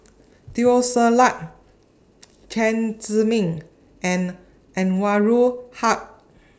Teo Ser Luck Chen Zhiming and Anwarul Haque